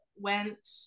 went